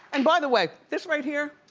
and by the way, this right here,